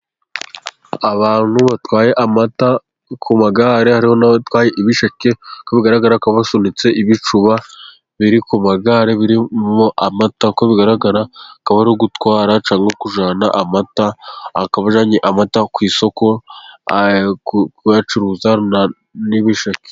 Abantu batwaye amata ku magare, hariho n' abatwaye ibisheke, uko bigaragara ko basunitse ibicuba biri ku magare birimo amata. Uko bigaragara akaba ari ugutwara cyangwa kujyana amata, akaba ajyanye amata ku isoko kuyacuruza n'ibisheke.